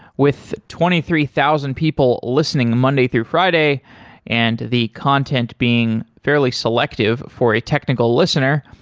with twenty three thousand people listening monday through friday and the content being fairly selective for a technical listener,